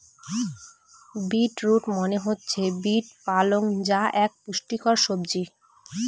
bit root মনে হচ্ছে beet পালং যা এক পুষ্টিকর সবজি